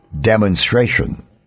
demonstration